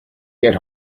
get